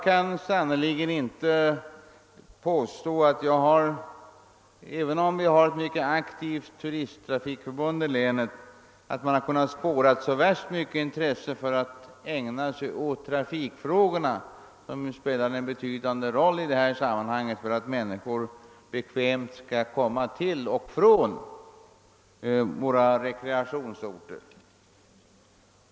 även om vi har ett mycket aktivt turisttrafikförbund i länet, har man inte kunnat spåra så värst stort intresse för trafikfrågorna, vilka ju spelar en betydande roll för att människor bekvämt skall kunna komma till och från våra rekreationsorter.